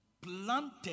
planted